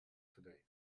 today